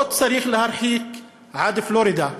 לא צריך להרחיק עד פלורידה.